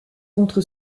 contre